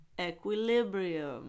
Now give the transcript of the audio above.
equilibrium